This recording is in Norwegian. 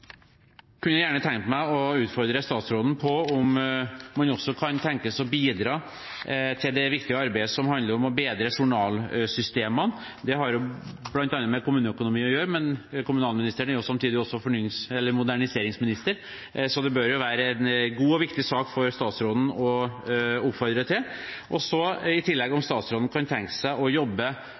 kunne jeg gjerne tenke meg å utfordre statsråden på om man også kan tenkes å bidra til det viktige arbeidet som handler om å bedre journalsystemene. Det har bl.a. med kommuneøkonomi å gjøre, men kommunalministeren er samtidig moderniseringsminister, så dette bør være en god og viktig sak for statsråden å oppfordre til. I tillegg: Kan statsråden tenke seg å jobbe